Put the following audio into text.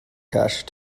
cache